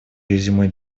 резюме